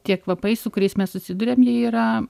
tie kvapai su kuriais mes susiduriam jie yra